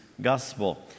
Gospel